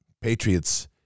patriots